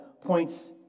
points